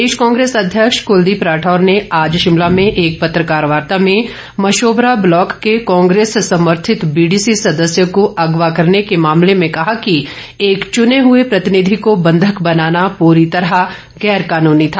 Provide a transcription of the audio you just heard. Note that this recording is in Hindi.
प्रदेश कांग्रेस अध्यक्ष कुलदीप राठौर ने आज शिमला में एक पत्रकार वार्ता में मशोबरा ब्लॉक के कांग्रेस समर्थित बीडीसी सदस्य को अंगवा करने के मामले में कहा कि एक चुने हए प्रतिनिधि को बंधक बनाना पूरी तरह गैर कानूनी था